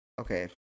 Okay